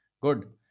good